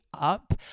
up